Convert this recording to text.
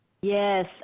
Yes